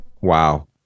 Wow